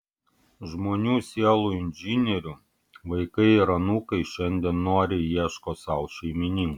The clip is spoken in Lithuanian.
žmonių sielų inžinierių vaikai ir anūkai šiandien noriai ieško sau šeimininkų